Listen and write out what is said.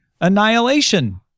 Annihilation